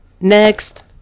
Next